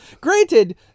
Granted